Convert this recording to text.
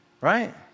right